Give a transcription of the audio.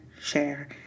share